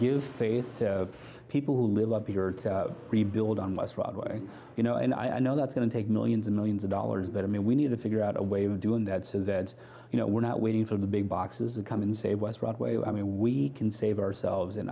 give faith to people who live up to rebuild on my squad way you know and i know that's going to take millions and millions of dollars but i mean we need to figure out a way of doing that so that you know we're not waiting for the big boxes to come and save west broadway i mean we can save ourselves and